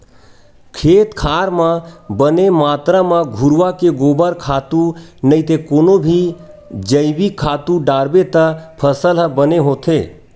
खेत खार म बने मातरा म घुरूवा के गोबर खातू नइते कोनो भी जइविक खातू डारबे त फसल ह बने होथे